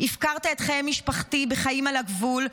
הפקרת את חיי משפחתי בחיים על הגבול,